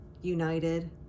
united